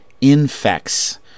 Infects